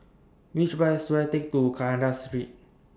Which Bus should I Take to Kandahar Street